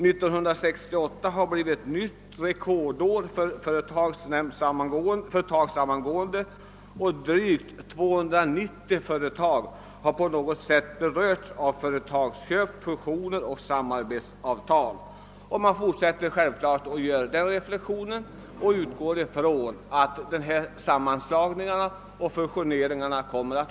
1968 blev ett nytt rekordår för företagssamgående — drygt 290 företag har på något sätt berörts av företagsköp, fusioner och samarbetsavtal, och fortsatta fusioner och fortsatt anpassning förväntas.